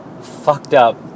fucked-up